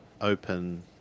open